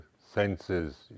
senses